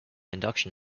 induction